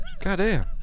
Goddamn